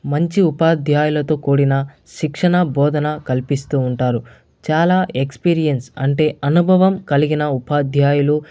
మంచి ఉపాధ్యాయులతో కూడిన శిక్షణ బోధన కల్పిస్తూ ఉంటారు చాలా ఎక్స్పీరియన్స్ అంటే అనుభవం కలిగిన ఉపాధ్యాయులు